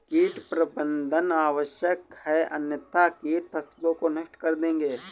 कीट प्रबंधन आवश्यक है अन्यथा कीट फसलों को नष्ट कर देंगे